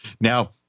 Now